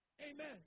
Amen